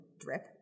Drip